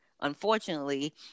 unfortunately